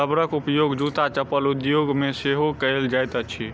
रबरक उपयोग जूत्ता चप्पल उद्योग मे सेहो कएल जाइत अछि